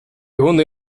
hunde